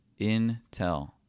Intel